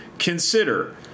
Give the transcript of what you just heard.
Consider